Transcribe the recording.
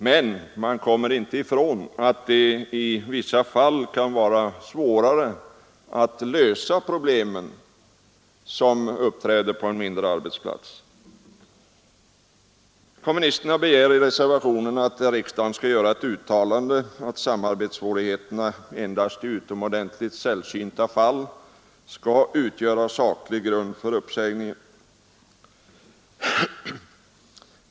Men man kommer inte ifrån att det i vissa fall kan vara svårare att lösa de problem som uppstår på en mindre arbetsplats. Kommunisterna begär i reservationen att riksdagen skall göra uttalandet att samarbetssvårigheter endast i utomordentligt sällsynta fall bör utgöra saklig grund för uppsägning.